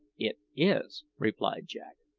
it is, replied jack.